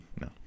no